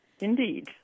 Indeed